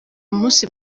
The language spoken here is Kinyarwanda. munsi